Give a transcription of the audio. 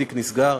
התיק נסגר.